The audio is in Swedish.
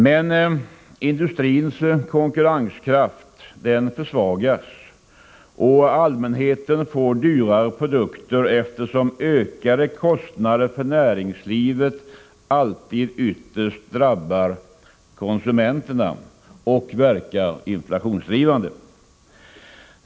Men industrins konkurrenskraft försvagas, och allmänheten får dyrare produkter, eftersom ökade kostnader för näringslivet alltid ytterst drabbar konsumenterna och verkar inflationsdrivande.